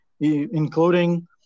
including